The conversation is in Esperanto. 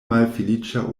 malfeliĉa